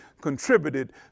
contributed